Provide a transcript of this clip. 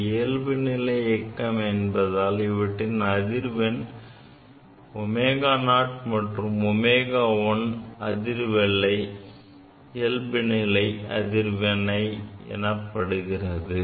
இவை இயல்புநிலை இயக்கம் என்பதால் இவற்றின் அதிர்வெண் ω0 மற்றும் ω1 இயல்புநிலை அதிர்வெண் எனப்படுகிறது